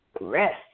Rest